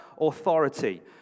authority